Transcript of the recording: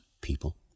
people